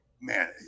man